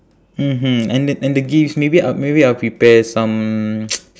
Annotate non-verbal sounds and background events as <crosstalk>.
mmhmm and the and the gifts maybe I'll maybe I'll prepare some <noise>